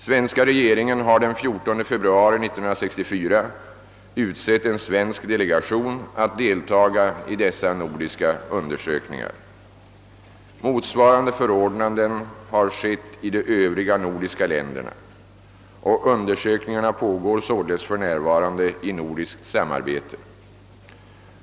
Svenska regeringen har den 14 februari 1964 utsett en svensk delegation att deltaga i dessa nordiska undersökningar. Motsvarande förordnanden har skett i de övriga nordiska länderna, och undersökningarna pågår således för närvarande i nordiskt samarbete.